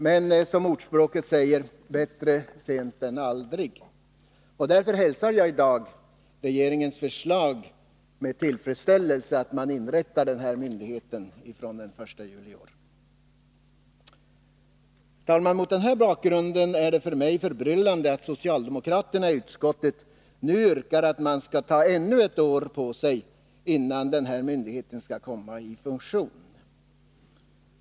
Men, som ordspråket säger: Bättre sent än aldrig. Därför hälsar jag i dag med tillfredsställelse regeringens förslag om att inrätta myndigheten från den 1 juli i år. Herr talman! Mot den här bakgrunden är det för mig förbryllande att socialdemokraterna i utskottet nu yrkar att det skall dröja ännu ett år innan myndigheten skall träda i funktion.